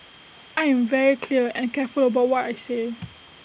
I am very clear and careful about what I say